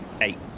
eight